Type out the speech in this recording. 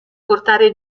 portare